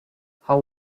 how